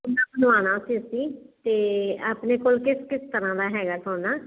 ਸੋਨਾ ਬਣਾਉਣਾ ਸੀ ਅਸੀਂ ਤੇ ਆਪਣੇ ਕੋਲ ਕਿਸ ਕਿਸ ਤਰ੍ਹਾਂ ਦਾ ਹੈਗਾ ਸੋਨਾ